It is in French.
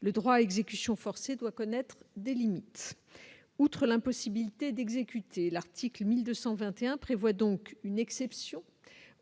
le droit exécution forcée doit connaître des limites, outre l'impossibilité d'exécuter l'article 1221 prévoit donc une exception